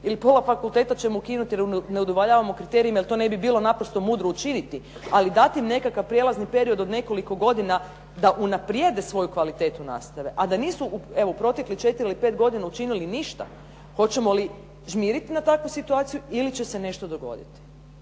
ili pola fakulteta ćemo ukinuti jer ne udovoljavamo kriterijima jer to ne bi bilo naprosto mudro učiniti, ali dati im nekakav prijelazni period od nekoliko godina da unaprijede svoju kvalitetu nastave, a da nisu, evo u protekle 4 ili 5 godina učinili ništa. Hoćemo li žmiriti na takvu situaciju ili će se nešto dogoditi?